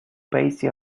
paesi